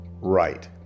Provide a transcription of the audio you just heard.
Right